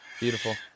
Beautiful